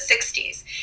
60s